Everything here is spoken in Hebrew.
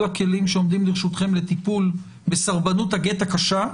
הכלים שעומדים לרשותכם לטיפול בסרבנות הגט הקשה,